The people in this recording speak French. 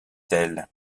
d’elle